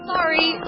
Sorry